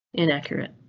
inaccurate.